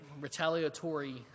retaliatory